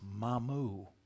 Mamu